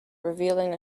revealing